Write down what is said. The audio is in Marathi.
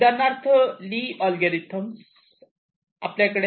उदाहरणार्थ ली अल्गोरिदम Lee's algorithm